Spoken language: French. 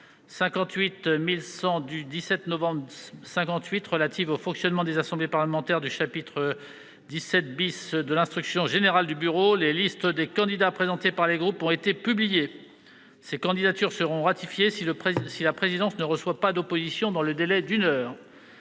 58-1100 du 17 novembre 1958 relative au fonctionnement des assemblées parlementaires, du chapitre 17 de l'instruction générale du bureau, les listes des candidats présentés par les groupes ont été publiées. Ces candidatures seront ratifiées si la présidence ne reçoit pas d'opposition dans le délai d'une heure.